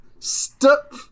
Stop